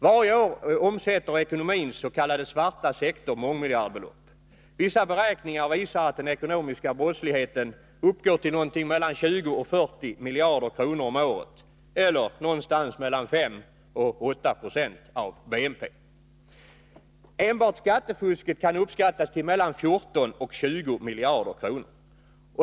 Varje år omsätter ekonomins s.k. svarta sektor mångmiljardbelopp. Beräkningar visar att den ekonomiska brottsligheten omsätter mellan 20 och 40 miljarder kronor om året, eller någonstans mellan 5 och 8 26 av BNP. Enbart skattefusket kan uppskattas till mellan 14 och 20 miljarder kronor.